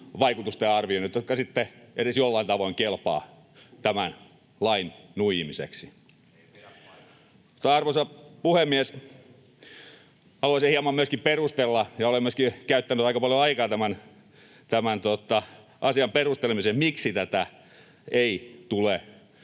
vaikutusten arvioinnit, jotka sitten edes jollain tavoin kelpaavat tämän lain nuijimiseksi. [Sheikki Laakso: Ei pidä paikkaansa!] Arvoisa puhemies! Haluaisin hieman myöskin perustella, ja olen myöskin käyttänyt aika paljon aikaa tämän asian perustelemiseen, miksi tätä